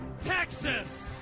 Texas